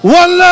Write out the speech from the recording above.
one